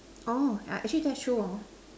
orh actually that's true hor